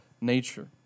nature